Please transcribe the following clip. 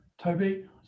Toby